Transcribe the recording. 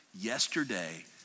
Yesterday